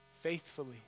Faithfully